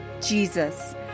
Jesus